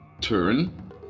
turn